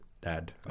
dad